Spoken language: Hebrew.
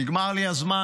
נגמר לי הזמן.